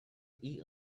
eat